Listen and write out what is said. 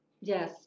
Yes